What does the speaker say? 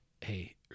Hey